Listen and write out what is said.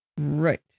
Right